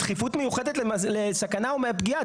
דחיפות מיוחדת לסכנה או פגיעה,